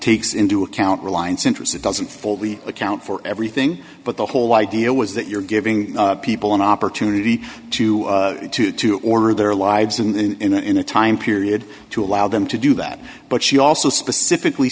takes into account reliance interests it doesn't fully account for everything but the whole idea was that you're giving people an opportunity to to order their lives in a time period to allow them to do that but she also specifically